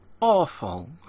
Awful